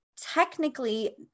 technically